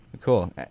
Cool